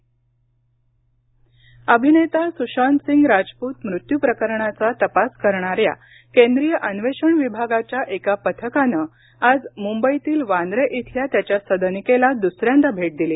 केंद्रीय अन्वेषण विभाग अभिनेता सुशांत सिंग राजपुत मृत्यु प्रकरणाचा तपास करणाऱ्या केंद्रीय अन्वेषण विभागाच्या एका पथकानं आज मुंबईतील वांद्रे इथल्या त्याच्या सदनिकेला द्सऱ्यांदा भेट दिली